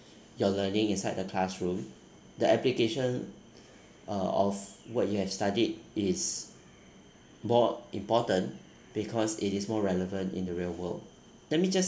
your learning inside the classroom the application uh of what you have studied is more important because it is more relevant in the real world let me just